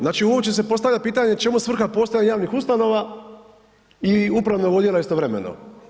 Znači uopće se postavlja pitanje čemu svrha postojanja javnih ustanova i upravnog odjela istovremeno?